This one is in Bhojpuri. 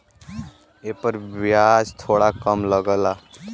एपर बियाज थोड़ा कम लगला